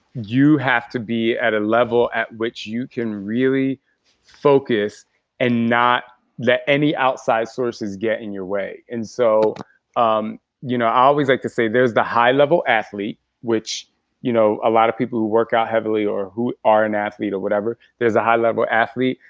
you have to be at a level at which you can really focus and not let any outside sources get in your way. i and so um you know always like to say, there's a high level athlete which you know a lot of people who work out heavily or who are an athlete or whatever there's a high level athlete,